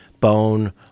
bone